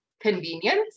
convenience